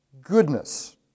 goodness